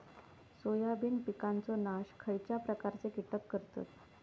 Soybean पिकांचो नाश खयच्या प्रकारचे कीटक करतत?